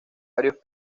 varios